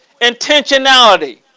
intentionality